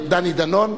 דני דנון.